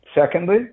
Secondly